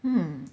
hmm